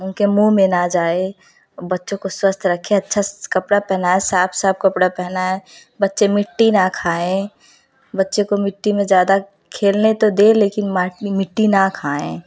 उनके मुँह में ना जाए बच्चों को स्वस्थ रखें अच्छा सा कपड़ा पहनाएं साफ साफ कपड़ा पहनाएं बच्चे मिट्टी ना खाएं बच्चे को मिट्टी में ज़्यादा खेलने तो दें लेकिन मां मिट्टी ना खाएं